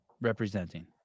representing